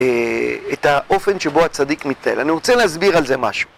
את האופן שבו הצדיק מתנהל. אני רוצה להסביר על זה משהו.